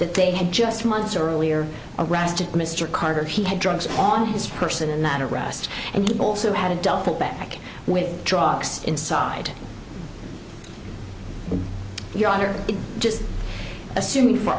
that they had just months earlier arrested mr carter he had drugs on his person and that arrest and he also had a duffel bag with drugs inside your honor just assuming for